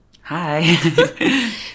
Hi